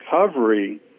recovery